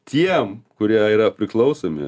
tiem kurie yra priklausomi